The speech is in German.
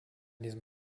diesem